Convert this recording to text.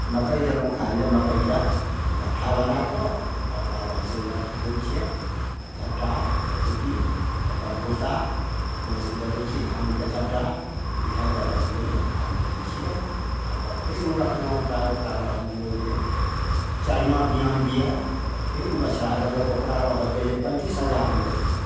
मकइ देलहुँ खाइ लए मकइके घट्ठा बना कऽ या ओकरा रहऽ दियौ या खुअबै छियै झट्टा या कुट्टी तेकर भुस्सा अपने उपजबै छी धानके झट्टा इहा रहऽ दियौ जे खाइ लए दै छियै खाऽ कऽ फेर उ रखलहुँ चाहे ओकरा रहऽ दियौ जे चरिमा बिआन बिआयल तऽ फेर उ बछड़ा देलक फेर ओकरा रहऽ दियौ जे पैन्तीस हजारमे बेचलहुँ